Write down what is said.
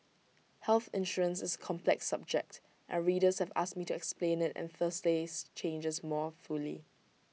health insurance is A complex subject and readers have asked me to explain IT and Thursday's changes more fully